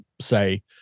say